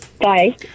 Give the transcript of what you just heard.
Bye